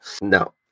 No